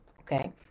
okay